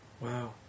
Wow